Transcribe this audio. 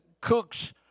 cook's